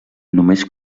només